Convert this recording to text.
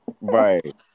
right